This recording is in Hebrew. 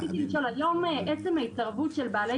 היום, עצם ההתערבות של בעלי